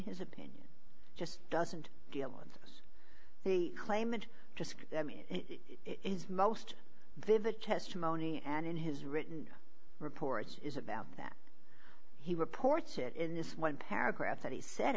his opinion just doesn't deal once the claimant just is most vivid chest monye and in his written report is about that he reports it in this one paragraph that he said